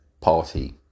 party